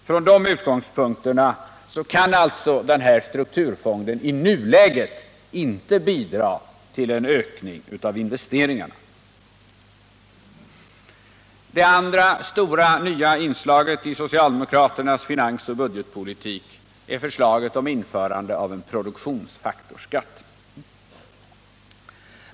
Från dessa utgångspunkter kan alltså denna strukturfond i nuläget inte bidra till en ökning av investeringarna. Det andra stora nya inslaget i socialdemokraternas finansoch budgetpolitik är förslaget om införande av en produktionsfaktorsskatt.